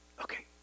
okay